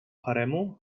haremu